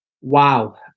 Wow